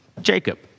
Jacob